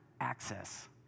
access